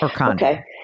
Okay